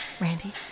Randy